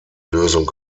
lösung